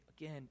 again